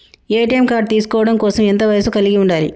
ATM card తీసుకోవడం కోసం ఎంత వయస్సు కలిగి ఉండాలి?